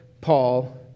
Paul